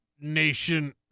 nation